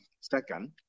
Second